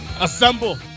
Assemble